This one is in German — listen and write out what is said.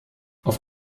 auf